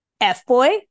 F-boy